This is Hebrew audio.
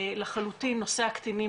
נושא הקטינים